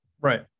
Right